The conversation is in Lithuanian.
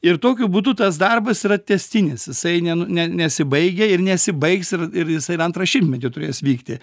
ir tokiu būdu tas darbas yra tęstinis jisai ne ne nesibaigia ir nesibaigs ir ir jisai ir antrą šimtmetį turės vykti